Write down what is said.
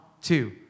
two